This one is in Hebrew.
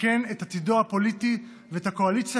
סיכן את עתידו הפוליטי ואת הקואליציה